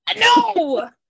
No